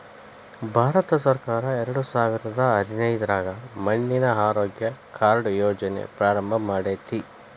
ಭಾರತಸರ್ಕಾರ ಎರಡಸಾವಿರದ ಹದಿನೈದ್ರಾಗ ಮಣ್ಣಿನ ಆರೋಗ್ಯ ಕಾರ್ಡ್ ಯೋಜನೆ ಪ್ರಾರಂಭ ಮಾಡೇತಿ